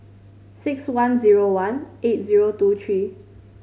six one zero one eight zero two three